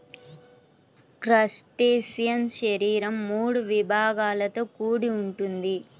crustacean శరీరం మూడు విభాగాలతో కూడి ఉంటుంది